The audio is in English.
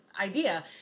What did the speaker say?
idea